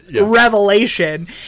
revelation